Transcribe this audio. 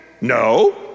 No